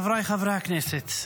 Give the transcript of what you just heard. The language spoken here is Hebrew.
חבריי חברי הכנסת,